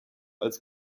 als